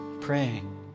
Praying